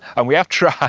and we have tried. yeah